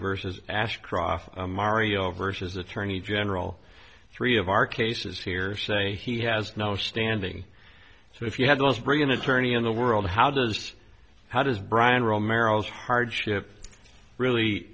versus ashcroft mario versus attorney general three of our cases here say he has no standing so if you have lost bring an attorney in the world how does how does brian romero's hardship really